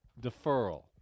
deferral